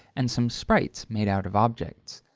and some sprites made out of objects.